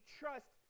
trust